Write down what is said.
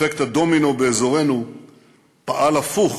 אפקט הדומינו באזורנו פעל הפוך